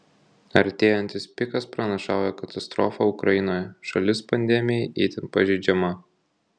artėjantis pikas pranašauja katastrofą ukrainoje šalis pandemijai itin pažeidžiama